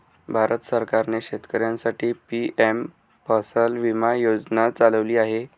भारत सरकारने शेतकऱ्यांसाठी पी.एम फसल विमा योजना चालवली आहे